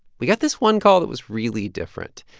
we got this one call that was really different.